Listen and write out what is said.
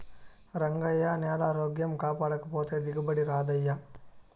రంగయ్యా, నేలారోగ్యం కాపాడకపోతే దిగుబడి రాదయ్యా